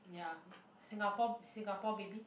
ya singapore singapore baby